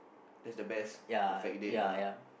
that's the best perfect date lah